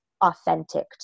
authentic